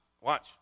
Watch